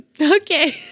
okay